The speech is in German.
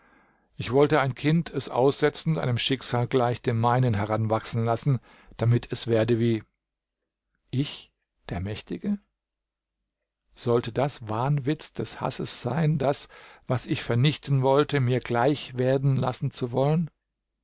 ich wollte ein kind es aussetzend einem schicksal gleich dem meinen heranwachsen lassen damit es werde wie ich der mächtige sollte das wahnwitz des hasses sein das was ich vernichten wollte mir gleich werden lassen zu wollen